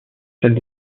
celles